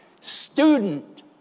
student